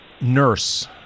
nurse